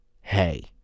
hey